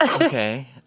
Okay